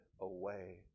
away